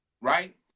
right